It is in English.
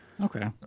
Okay